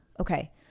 okay